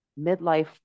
midlife